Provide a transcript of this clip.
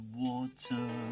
water